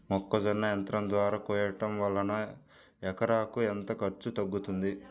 మొక్కజొన్న యంత్రం ద్వారా కోయటం వలన ఎకరాకు ఎంత ఖర్చు తగ్గుతుంది?